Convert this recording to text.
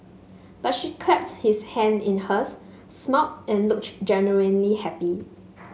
but she clasped his hands in hers smiled and looked genuinely happy